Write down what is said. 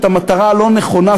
את המטרה הלא-נכונה,